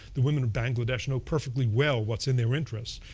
the women in bangladesh know perfectly well what's in their interest.